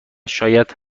شاید